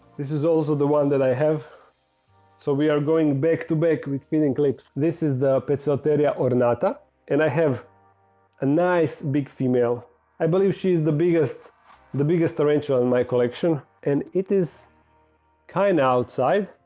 this is also the one that i have so we are going back to back with feeling clicks this is the passat area or nauta and i have a nice big female i believe she is the biggest the biggest arranger in my collection and it is kinda outside